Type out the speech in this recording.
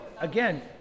again